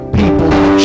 people